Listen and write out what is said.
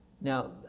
Now